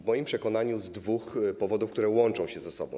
W moim przekonaniu z dwóch powodów, które łączą się ze sobą.